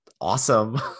awesome